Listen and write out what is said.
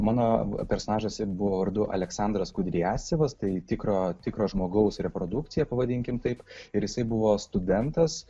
mano personažas buvo vardu aleksandras kudriavcevas tai tikro tikro žmogaus reprodukcija pavadinkim taip ir jisai buvo studentas